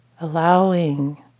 Allowing